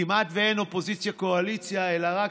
כמעט אין אופוזיציה קואליציה אלא רק